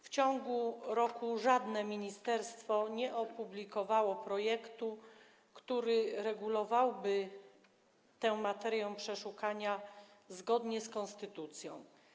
W ciągu roku żadne ministerstwo nie opublikowało projektu, który regulowałby tę materię, kwestię przeszukania zgodnie z konstytucją.